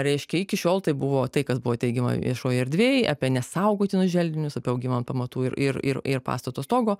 reiškia iki šiol tai buvo tai kas buvo teigiama viešoje erdvėj apie nesaugotinus želdinius apie augimą ant pamatų ir ir ir ir pastato stogo